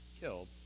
killed